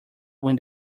win